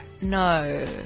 no